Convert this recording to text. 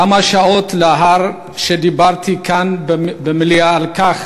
כמה שעות לאחר שדיברתי כאן במליאה על כך